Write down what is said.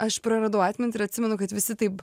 aš praradau atmintį ir atsimenu kad visi taip